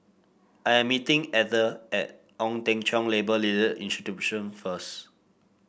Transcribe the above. I am meeting Ether at Ong Teng Cheong Labour Leader Institution first